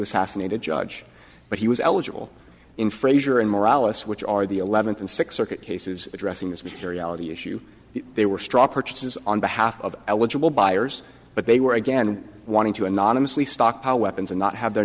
assassinate a judge but he was eligible in frasier and morales which are the eleventh and six circuit cases addressing this materiality issue they were straw purchases on behalf of eligible buyers but they were again wanting to anonymously stockpile weapons and not have their